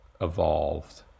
evolved